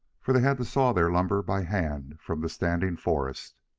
for they had to saw their lumber by hand from the standing forest.